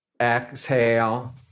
Exhale